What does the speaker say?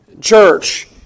church